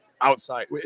outside